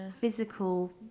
physical